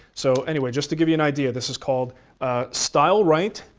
so, anyway, just to give you an idea, this is called stileright